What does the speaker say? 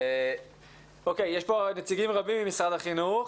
יש פה נציגים רבים ממשרד החינוך.